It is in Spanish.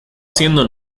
siendo